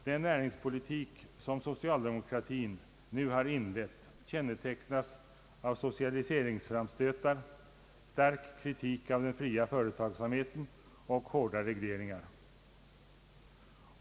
Den näringspolitik som socialdemokratin nu har inlett kännetecknas av = socialiseringsframstötar, stark kritik av den fria företagsamheten och hårda regleringar.